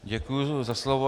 Děkuji za slovo.